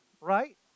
right